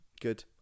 good